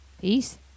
Peace